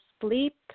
sleep